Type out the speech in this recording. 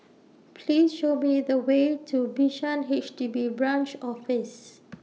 Please Show Me The Way to Bishan H D B Branch Office